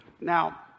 Now